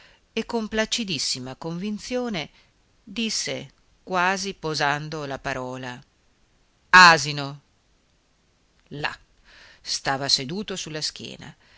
e con placidissima convinzione disse quasi posando la parola asino là stava seduto su la schiena